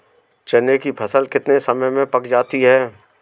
चने की फसल कितने समय में पक जाती है?